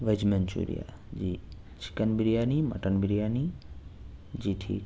veg Manchurian جی chicken biryani mutton biryani جی ٹھیک